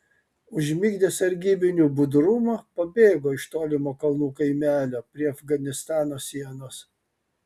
užmigdęs sargybinių budrumą pabėgo iš tolimo kalnų kaimelio prie afganistano sienos